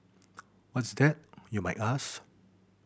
what's that you might ask